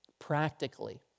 Practically